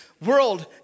World